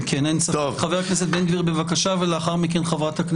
גם אתכם לנגד עינינו אבל גם את אותו צעיר או אותה